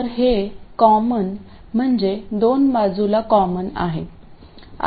तर हे कॉमन म्हणजे दोन्ही बाजूला कॉमन आहे